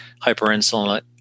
hyperinsulin